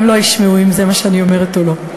לא ישמעו אם זה מה שאני אומרת או לא.